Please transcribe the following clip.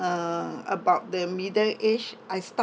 uh about the middle age I start